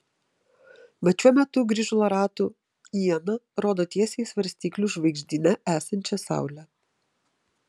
mat šiuo metu grįžulo ratų iena rodo tiesiai į svarstyklių žvaigždyne esančią saulę